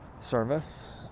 service